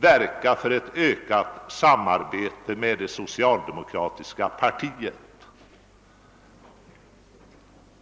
verka för ett ökat samarbete med det socialdemokratiska partiet. Detta är kanske tydligast uttryckt inom Målareförbundet och Byggnadsarbetareförbundet.